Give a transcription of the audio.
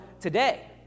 today